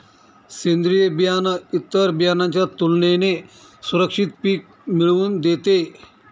सेंद्रीय बियाणं इतर बियाणांच्या तुलनेने सुरक्षित पिक मिळवून देते